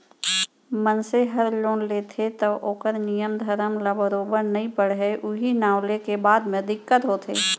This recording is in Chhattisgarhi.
मनसे हर लोन लेथे तौ ओकर नियम धरम ल बरोबर नइ पढ़य उहीं नांव लेके बाद म दिक्कत होथे